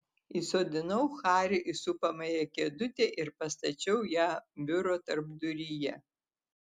įsodinau harį į supamąją kėdutę ir pastačiau ją biuro tarpduryje